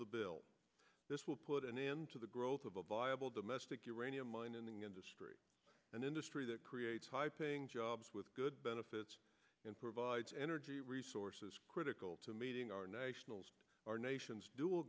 the bill this will put an end to the growth of a viable domestic uranium mining industry an industry that creates high paying jobs with good benefits and provides energy resources critical to meeting our nationals our nation's dual